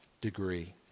degree